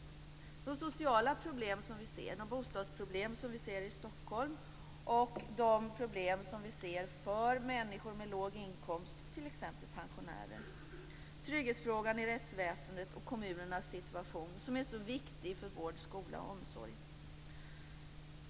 Det gäller de sociala problemen, bostadsproblemen i Stockholm och de problem vi ser för människor med låg inkomst, t.ex. pensionärer. Det handlar också om trygghetsfrågan i rättsväsendet och kommunernas situation, som är så viktig för vård, skola och omsorg.